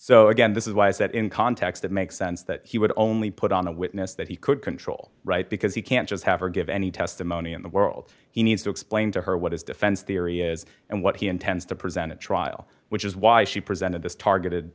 so again this is why is that in context it makes sense that he would only put on a witness that he could control right because he can't just have her give any testimony in the world he needs to explain to her what his defense theory is and what he intends to present at trial which is why she presented this targeted